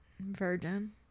Virgin